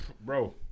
Bro